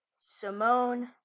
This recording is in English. Simone